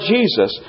Jesus